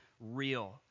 real